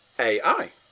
AI